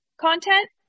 content